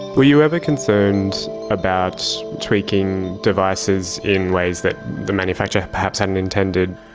were you ever concerned about tweaking devices in ways that the manufacturer perhaps hadn't intended?